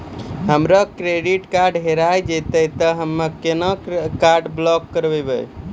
हमरो credit card हेरा जेतै ते हम्मय केना कार्ड ब्लॉक करबै?